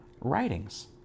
writings